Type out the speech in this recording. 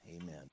Amen